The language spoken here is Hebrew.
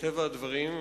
מטבע הדברים,